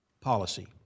policy